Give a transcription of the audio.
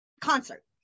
concert